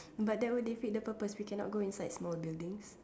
but that would defeat the purpose you cannot go inside small buildings